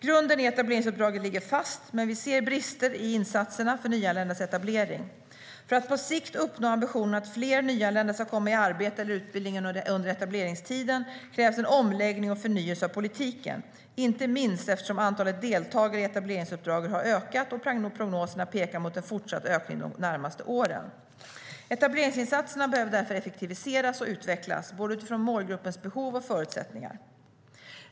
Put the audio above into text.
Grunden i etableringsuppdraget ligger fast, men vi ser brister i insatserna för nyanländas etablering. För att på sikt uppnå ambitionen att fler nyanlända ska komma i arbete eller utbildning under etableringstiden krävs en omläggning och förnyelse av politiken, inte minst eftersom antalet deltagare i etableringsuppdraget har ökat och prognoserna pekar mot en fortsatt ökning de närmaste åren. Etableringsinsatserna behöver därför effektiviseras och utvecklas, både utifrån målgruppens behov och förutsättningar.